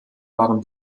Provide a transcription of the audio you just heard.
waren